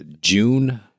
June